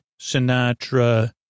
Sinatra